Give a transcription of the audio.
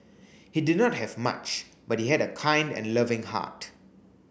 he did not have much but he had a kind and loving heart